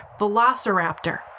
velociraptor